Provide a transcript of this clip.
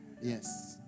Yes